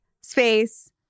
space